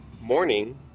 morning